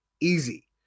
easy